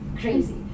crazy